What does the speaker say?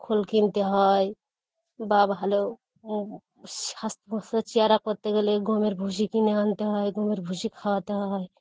খোল কিনতে হয় বা ভালো স্বাস্থ্য চেয়ারা করতে গেলে গমের ভুষি কিনে আনতে হয় গমের ভুজি খাওয়াতে হয়